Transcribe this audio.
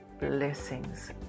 blessings